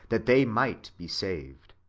that they might be saved.